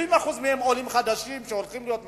ש-70% מהם עולים חדשים שהולכים להיות מפוטרים,